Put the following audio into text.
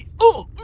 ow!